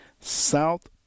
South